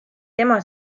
tema